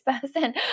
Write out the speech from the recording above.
person